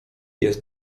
jest